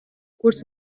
kurz